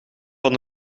van